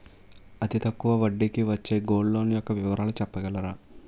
అతి తక్కువ వడ్డీ కి వచ్చే గోల్డ్ లోన్ యెక్క వివరాలు చెప్పగలరా?